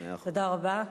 מאה אחוז.